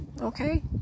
Okay